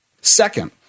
Second